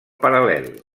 paral·lel